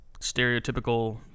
stereotypical